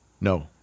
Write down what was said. No